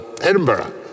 Edinburgh